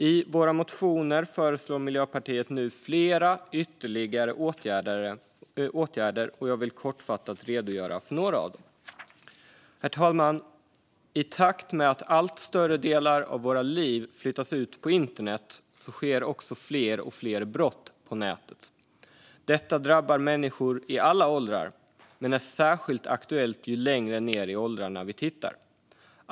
I våra motioner föreslår vi i Miljöpartiet nu flera ytterligare åtgärder, och jag vill kortfattat redogöra för några av dem. Herr talman! I takt med att allt större delar av våra liv flyttas ut på internet sker också fler och fler brott på nätet. Detta drabbar människor i alla åldrar, men det är särskilt aktuellt ju längre ned i åldrarna vi tittar.